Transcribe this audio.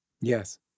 Yes